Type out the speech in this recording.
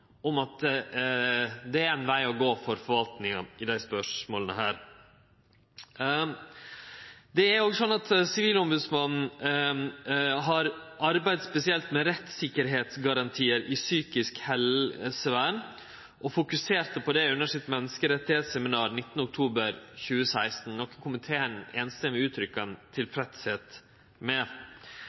om at det er ein veg å gå for forvaltinga i desse spørsmåla. Sivilombodsmannen har arbeidd spesielt med rettstryggleiksgarantiar i psykisk helsevern og fokuserte på det under sitt menneskerettsseminar den 19. oktober 2016, noko som komiteen samrøystes uttrykkjer at dei er tilfredse med.